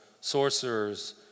sorcerers